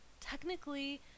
technically